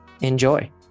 Enjoy